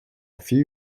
few